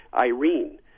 Irene